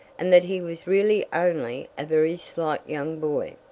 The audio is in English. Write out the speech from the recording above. and that he was really only a very slight young boy.